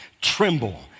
tremble